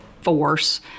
force